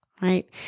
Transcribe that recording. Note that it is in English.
right